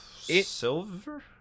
Silver